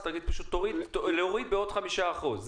כלומר להוריד בעוד 5%,